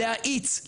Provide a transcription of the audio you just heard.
להאיץ,